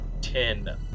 ten